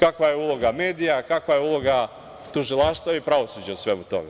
kakva je uloga medija, kakva je uloga tužilaštva i pravosuđa u svemu tome.